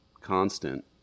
constant